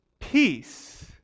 peace